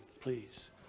please